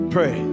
Pray